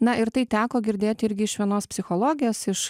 na ir tai teko girdėti irgi iš vienos psichologės iš